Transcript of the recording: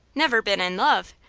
never been in love!